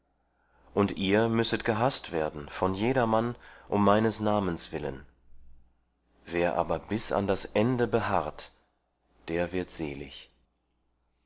und ihr müsset gehaßt werden von jedermann um meines namens willen wer aber bis an das ende beharrt der wird selig